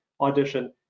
audition